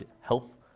help